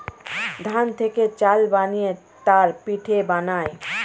ধান থেকে চাল বানিয়ে তার পিঠে বানায়